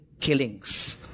killings